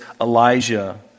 Elijah